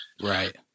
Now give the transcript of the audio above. right